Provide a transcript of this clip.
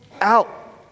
out